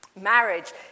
Marriage